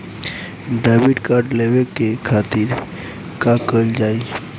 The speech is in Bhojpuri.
डेबिट कार्ड लेवे के खातिर का कइल जाइ?